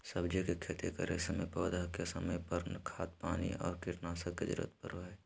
सब्जी के खेती करै समय पौधा के समय पर, खाद पानी और कीटनाशक के जरूरत परो हइ